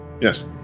Yes